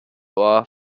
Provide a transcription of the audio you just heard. ohr